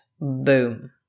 boom